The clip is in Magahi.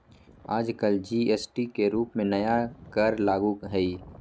आजकल जी.एस.टी के रूप में नया कर लागू हई